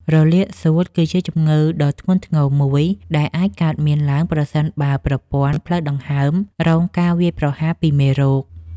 រលាកសួតគឺជាជំងឺដ៏ធ្ងន់ធ្ងរមួយដែលអាចកើតមានឡើងប្រសិនបើប្រព័ន្ធផ្លូវដង្ហើមរងការវាយប្រហារពីមេរោគ។